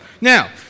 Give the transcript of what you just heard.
Now